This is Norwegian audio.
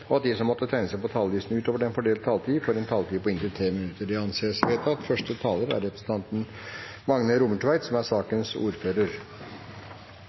og at de som måtte tegne seg på talerlisten utover den fordelte taletid, får en taletid på inntil 3 minutter. – Det anses vedtatt. Første taler er